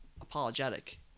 apologetic